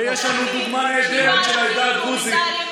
ויש לנו דוגמה נהדרת של העדה הדרוזית.